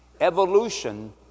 Evolution